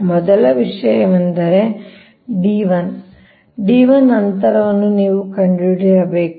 ಆದ್ದರಿಂದ ಮೊದಲ ವಿಷಯವೆಂದರೆ d1 d1 ಅಂತರವನ್ನ ನೀವು ಕಂಡುಹಿಡಿಯಬೇಕು